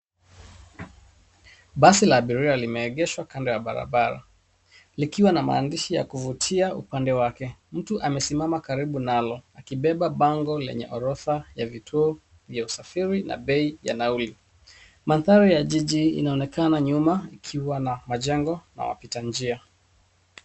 Basi la abiria limeegeshwa kando ya bara bara likiwa na maandishi ya kuvutia upande wake mtu amesimama karibu nalo akibeba bango lenye orodha ya vituo vya usafiri na bei ya nauli mandhari ya jiji inaonekana nyuma ikiwa na majengo na wapitanjia.